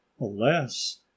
alas